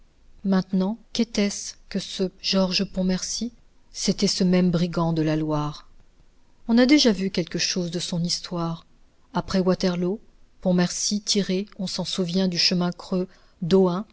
maintenant qu'était-ce que ce georges pontmercy c'était ce même brigand de la loire on a déjà vu quelque chose de son histoire après waterloo pontmercy tiré on s'en souvient du chemin creux